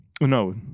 no